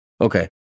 Okay